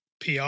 PR